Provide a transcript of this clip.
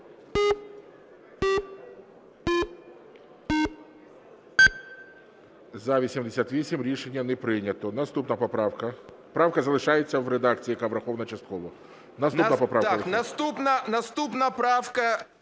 За-88 Рішення не прийнято. Наступна поправка. Правка залишається в редакції, яка врахована частково. Наступна поправка.